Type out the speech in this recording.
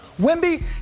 Wimby